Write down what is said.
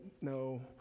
no